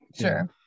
Sure